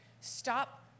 stop